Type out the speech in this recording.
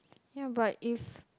ya but if